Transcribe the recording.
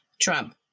trump